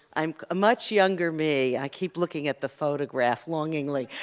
um a much younger me, i keep looking at the photograph longingly.